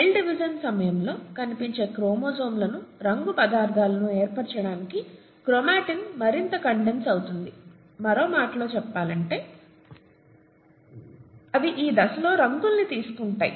cell division సమయంలో కనిపించే క్రోమోజోమ్లను రంగు పదార్థాలను ఏర్పరచడానికి క్రోమాటిన్ మరింత కన్డెన్స్ అవుతుంది మరో మాటలో చెప్పాలంటే అవి ఈ దశలో రంగులను తీసుకుంటాయి